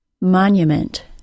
Monument